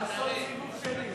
לעשות סיבוב שני.